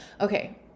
okay